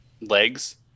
legs